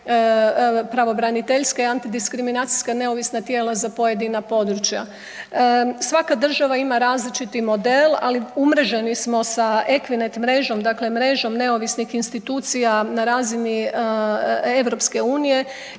pravobraniteljske i antidiskriminacijska neovisna tijela za pojedina područja. Svaka država ima različiti model ali umreženi smo sa EKVINET mrežom dakle mrežom neovisnih institucija na razini Europske unije